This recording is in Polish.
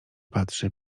patrzy